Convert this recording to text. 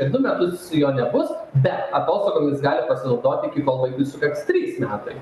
ir du metus jo nebus bet atostogomis gali pasinaudoti iki kol vaikui sukaks trys metai